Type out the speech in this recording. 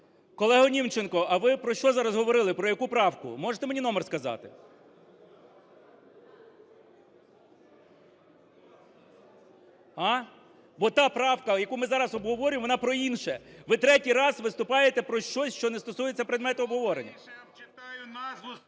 Колего Німченко, а ви про що зараз говорили, про яку правку? Можете мені номер сказати? А? Бо та правка, яку ми зараз обговорюємо, вона про інше. Ви третій раз виступаєте про щось, що не стосується предмету обговорення.